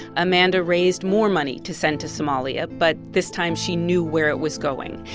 amanda raised more money to send to somalia. but this time, she knew where it was going.